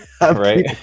right